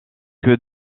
que